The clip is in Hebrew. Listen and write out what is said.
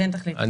אתם תחליטו.